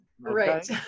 Right